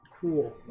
cool